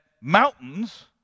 mountains